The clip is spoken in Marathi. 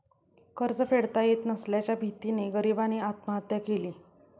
कर्ज फेडता येत नसल्याच्या भीतीने गरीबाने आत्महत्या केली